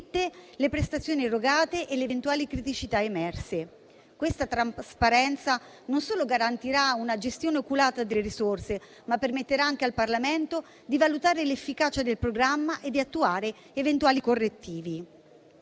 le prestazioni erogate e le eventuali criticità emerse. Questa trasparenza non solo garantirà una gestione oculata delle risorse, ma permetterà anche al Parlamento di valutare l'efficacia del programma e di attuare eventuali correttivi.